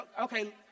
Okay